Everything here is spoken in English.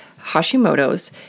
Hashimoto's